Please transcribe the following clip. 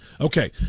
Okay